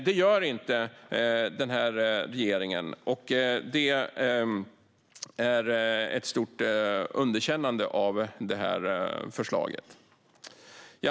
Det gör inte den här regeringen, och det är ett stort underkännande av det här förslaget.